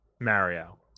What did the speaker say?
Mario